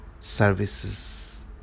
services